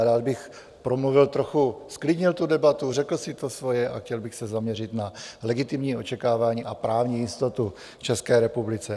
Rád bych promluvil trochu, zklidnil tu debatu, řekl si to svoje, a chtěl bych se zaměřit na legitimní očekávání a právní jistotu v České republice.